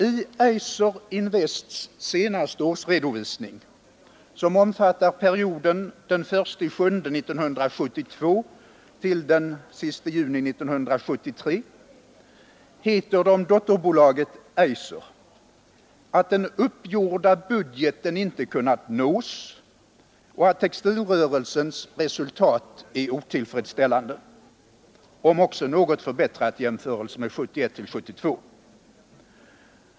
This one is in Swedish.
I Eiser Invest AB:s senaste årsredovisning som omfattar perioden fr.o.m. den 1 juli 1972 t.o.m. den 30 juni 1973, heter det om dotterbolaget Eiser AB att den uppgjorda budgeten inte kunnat nås och att textilrörelsens resultat varit otillfredsställande, om också något förbättrat i jämförelse med 1971/72.